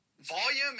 Volume